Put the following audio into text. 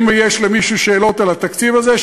אם יש למישהו שאלות על התקציב הזה,